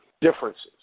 differences